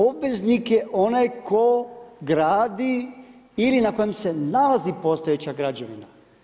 Obveznik je onaj tko gradi ili na kojem se nalazi postojeća građevina.